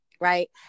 Right